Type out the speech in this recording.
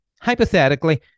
hypothetically